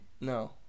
No